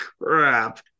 crap